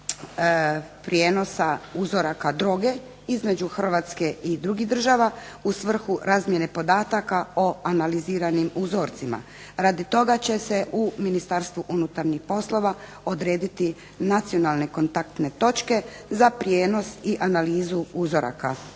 prijenosa uzoraka droge između Hrvatske i drugih država u svrhu razmjene podataka o analiziranim uzorcima. Radi toga će se u Ministarstvu unutarnjih poslova odrediti nacionalne kontaktne točke za prijenos i analizu uzoraka droge.